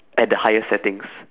at the highest settings